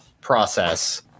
process